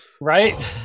right